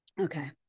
Okay